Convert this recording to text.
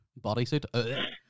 Bodysuit